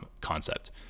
concept